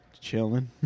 Chilling